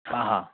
हाँ हाँ